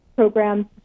programs